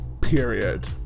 period